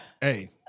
Hey